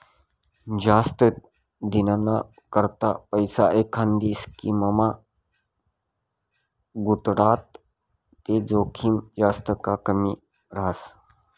जास्त दिनना करता पैसा एखांदी स्कीममा गुताडात ते जोखीम जास्त का कमी रहास